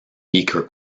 beaker